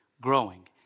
growing